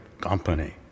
company